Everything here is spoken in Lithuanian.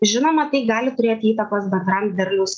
žinoma tai gali turėti įtakos bendram derliaus